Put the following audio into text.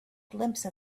glimpse